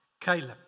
Caleb